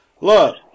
look